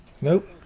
Nope